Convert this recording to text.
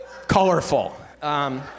colorful